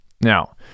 Now